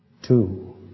Two